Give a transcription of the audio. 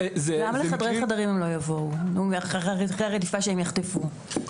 גם לחדרי חדרים הם לא יבואו אחרי הרדיפה שהם יחטפו.